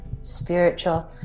spiritual